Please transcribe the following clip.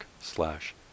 slash